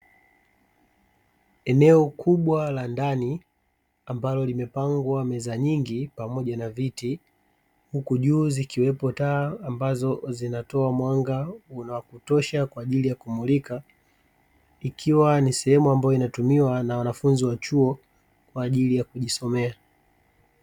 Eneo kubwa la ndani, ambalo limepangwa meza nyingi pamoja na viti, huku juu zikiwepo taa ambazo zinatoa mwanga wa kutosha kwa ajili ya kumulika, ikiwa ni sehemu ambayo inatumiwa na wanafunzi wa chuo kwa ya kujisomea.